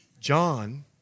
John